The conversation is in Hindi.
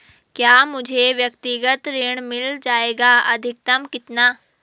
क्या मुझे व्यक्तिगत ऋण मिल जायेगा अधिकतम कितना?